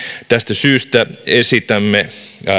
tästä syystä esitämme